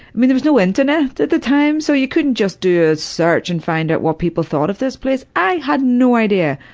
mean there was no internet at the time, so you couldn't just do a search and find out what people thought of this place. i had no idea.